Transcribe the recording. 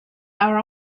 are